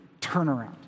turnaround